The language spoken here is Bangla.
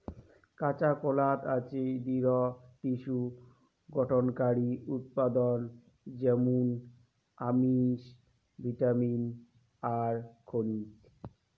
কাঁচাকলাত আছে দৃঢ টিস্যু গঠনকারী উপাদান য্যামুন আমিষ, ভিটামিন আর খনিজ